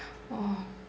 oh